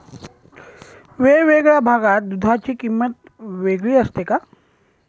वेगवेगळ्या भागात दूधाची किंमत वेगळी असते का?